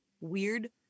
weird